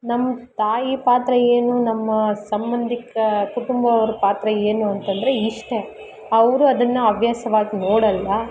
ನಮ್ಮ ತಾಯಿ ಪಾತ್ರ ಏನು ನಮ್ಮ ಸಂಬಂಧಿಕ ಕುಟುಂಬ ಅವ್ರ ಪಾತ್ರ ಏನು ಅಂತಂದರೆ ಇಷ್ಟೇ ಅವರು ಅದನ್ನು ಹವ್ಯಾಸವಾಗಿ ನೋಡಲ್ಲ